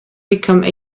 become